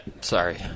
sorry